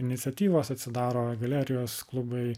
iniciatyvos atsidaro galerijos klubai